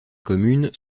communes